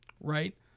right